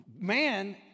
man